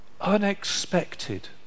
unexpected